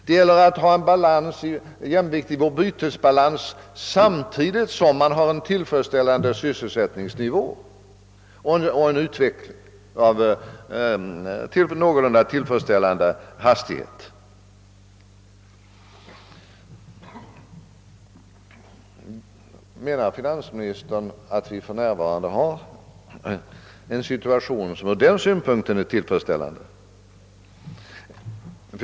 Det gäller att upprätthålla jämvikt i bytesbalansen, samtidigt som man har en tillräckligt hög sysselsättningsnivå och en utveckling med godtagbar hastighet. Anser finansministern att situationen från den synpunkten för närvarande är tillfredsställande?